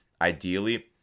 Ideally